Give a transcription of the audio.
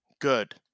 Good